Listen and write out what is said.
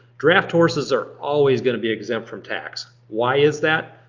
draft horses are always gonna be exempt from tax. why is that?